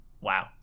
wow